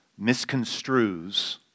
misconstrues